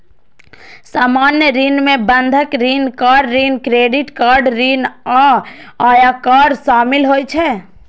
सामान्य ऋण मे बंधक ऋण, कार ऋण, क्रेडिट कार्ड ऋण आ आयकर शामिल होइ छै